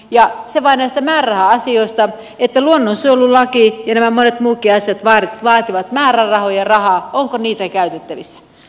ja se vain näistä määräraha asioista että luonnonsuojelulaki ja nämä monet muutkin asiat vaativat määrärahoja rahaa onko niitä käytettävissä